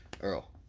Earl